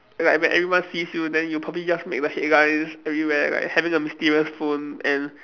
like when everyone sees you then you probably just make the headlines everywhere like having a mysterious phone and